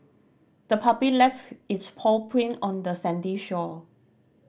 the puppy left its paw print on the sandy shore